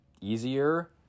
easier